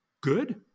good